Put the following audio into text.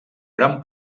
gran